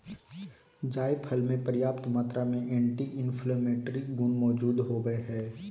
जायफल मे प्रयाप्त मात्रा में एंटी इंफ्लेमेट्री गुण मौजूद होवई हई